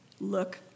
look